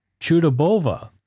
Chudobova